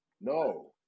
no